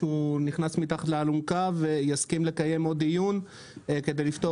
שהוא נכנס מתחת לאלונקה ויסכים לקיים עוד דיון כדי לפתור